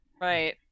Right